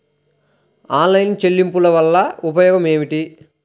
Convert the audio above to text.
Online చెల్లింపుల వల్ల ఉపయోగమేమిటీ?